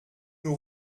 nous